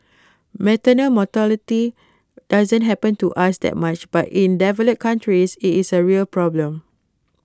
maternal mortality doesn't happen to us that much but in develop countries IT is A real problem